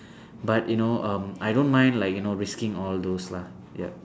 but you know um I don't mind like you know risking all those lah ya